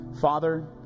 Father